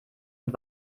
und